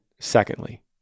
secondly